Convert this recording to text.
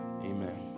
Amen